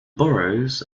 boroughs